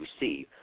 receive